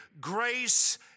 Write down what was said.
grace